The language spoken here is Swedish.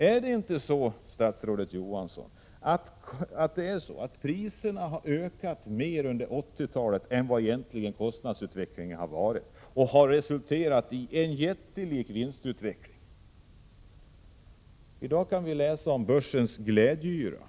Är det inte så, statsrådet Johansson, att priserna under 80-talet har ökat mer än vad som betingas av kostnadsutvecklingen? Detta har resulterat i en jättelik vinstutveckling. I dag kan vi läsa om börsens glädjeyra.